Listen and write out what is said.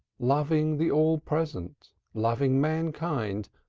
loving the all-present, loving mankind,